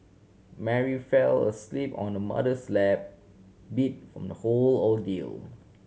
Mary fell asleep on the mother's lap beat from the whole ordeal